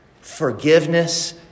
forgiveness